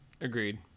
Agreed